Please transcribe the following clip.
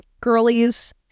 girlies